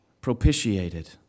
propitiated